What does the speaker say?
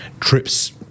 trips